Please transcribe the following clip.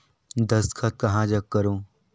दस्खत कहा जग करो?